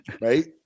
Right